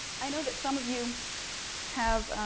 i know that some of you have